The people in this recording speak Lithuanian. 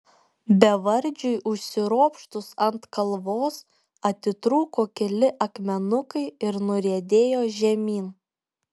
bevardžiui užsiropštus ant kalvos atitrūko keli akmenukai ir nuriedėjo žemyn